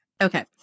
Okay